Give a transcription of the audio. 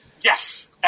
Yes